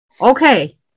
okay